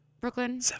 Brooklyn